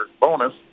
bonus